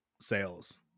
sales